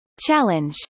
challenge